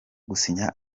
gusinya